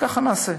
וככה נעשה.